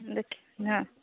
ଦେଖି ହଁ